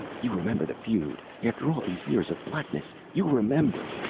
you remember the feud! after all these years of blackness, you remember!